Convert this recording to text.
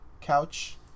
couch